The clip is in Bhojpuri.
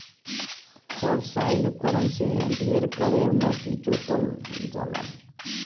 सबसॉइल उपकरण से ढेर कड़ेर माटी जोतल जाला